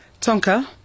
Tonka